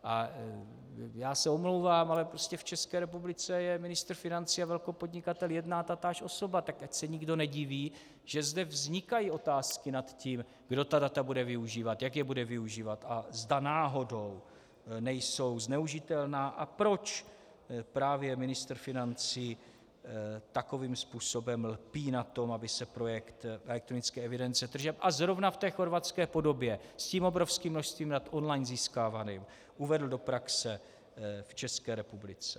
A já se omlouvám, ale prostě v České republice je ministr financí a velkopodnikatel jedna a tatáž osoba, tak ať se nikdo nediví, že zde vznikají otázky nad tím, kdo ta data bude využívat, jak je bude využívat a zda náhodou nejsou zneužitelná a proč právě ministr financí takovým způsobem lpí na tom, aby se projekt elektronické evidence tržeb, a zrovna v té chorvatské podobě, s tím obrovským množstvím dat získávaným online uvedl do praxe v České republice.